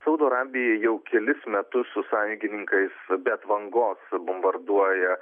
saudo arabija jau kelis metus su sąjungininkais be atvangos bombarduoja